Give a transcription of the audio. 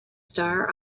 star